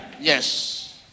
Yes